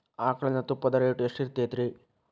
ಆಕಳಿನ ತುಪ್ಪದ ರೇಟ್ ಎಷ್ಟು ಇರತೇತಿ ರಿ?